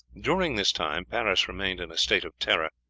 during this time paris remained in a state of terror,